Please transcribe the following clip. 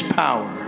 power